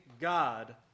god